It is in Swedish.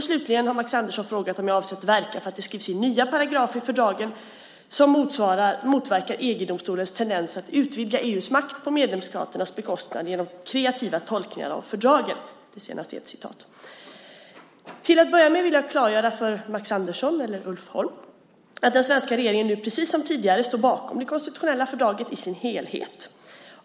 Slutligen har Max Andersson frågat om jag avser att verka för att det skrivs in nya paragrafer i fördragen som motverkar EG-domstolens tendens att utvidga EU:s makt på medlemsstaternas bekostnad genom kreativa tolkningar av fördragen - det senaste är ett citat. Till att börja med vill jag klargöra för Max Andersson - eller Ulf Holm - att den svenska regeringen nu precis som tidigare står bakom det konstitutionella fördraget i dess helhet.